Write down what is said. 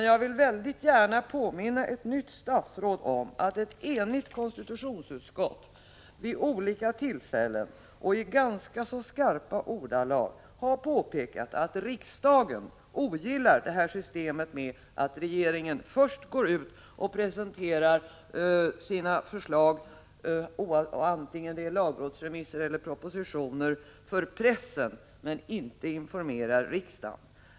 Jag vill gärna påminna ett nytt statsråd om att ett enigt konstitutionsutskott vid olika tillfällen i skarpa ordalag har påpekat att riksdagen ogillar detta system, där regeringen först går ut och presenterar sina förslag, vare sig det är lagrådsremisser eller propositioner, för pressen men inte informerar riksdagen.